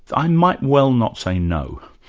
i might well not say no.